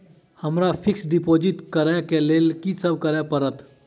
हमरा fix deposit करऽ केँ लेल की सब करऽ पड़त?